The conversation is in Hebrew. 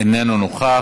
אינו נוכח,